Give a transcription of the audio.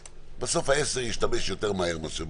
בסוף עם ה-10,000 אני אשתמש יותר מהר מאשר ב-5,000.